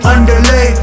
Underlay